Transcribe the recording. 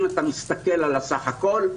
אם אתה מסתכל על הסך הכול,